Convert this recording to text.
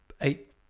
eight